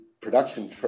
production